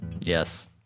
Yes